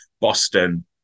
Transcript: Boston